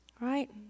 Right